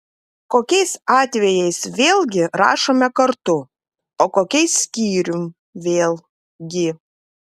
kokiais atvejais vėlgi rašome kartu o kokiais skyrium vėl gi